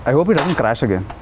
i hope it doesn't crash again!